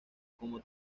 como